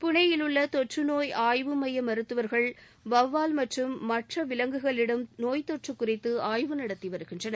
புனேயிலுள்ள தொற்று நோய் ஆய்வு மைய மருத்துவர்கள் வவ்வால் மற்றும் மற்ற விலங்குகளிடம் நோய் தொற்று குறித்து ஆய்வு நடத்தி வருகின்றனர்